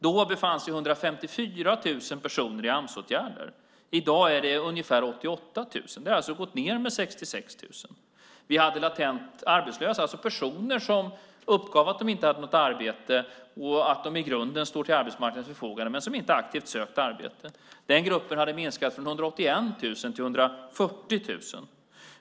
Då befann sig 154 000 personer i Amsåtgärder; i dag är det ungefär 88 000. Det har alltså gått ned med 66 000. Latent arbetslösa - personer som uppger att de inte har något arbete och att de i grunden står till arbetsmarknadens förfogande men inte aktivt söker arbete - minskade från 181 000 till 140 000.